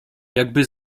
jakby